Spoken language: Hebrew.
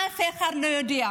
אף אחד לא יודע.